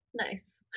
Nice